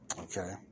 Okay